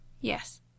Yes